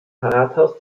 rathaus